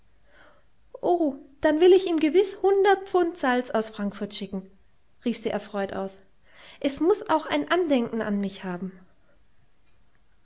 dann will ich ihm gewiß hundert pfund salz aus frankfurt schicken rief sie erfreut aus es muß auch ein andenken an mich haben